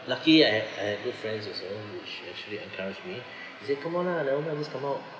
lucky I ha~ I have good friends also which actually encourage me they said come on ah never mind just come out